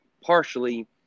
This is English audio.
partially